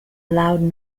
loud